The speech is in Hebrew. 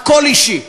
הכול אישי.